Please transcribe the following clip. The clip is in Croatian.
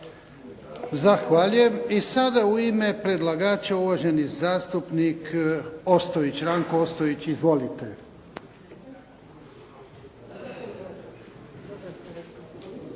Zahvaljujem. I sada u ime predlagača uvaženi zastupnik Ranko Ostojić. Izvolite.